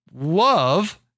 love